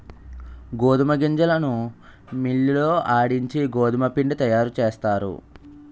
గోధుమ గింజలను మిల్లి లో ఆడించి గోధుమపిండి తయారుచేస్తారు